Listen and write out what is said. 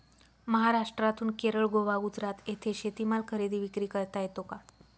महाराष्ट्रातून केरळ, गोवा, गुजरात येथे शेतीमाल खरेदी विक्री करता येतो का?